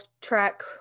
track